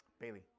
bailey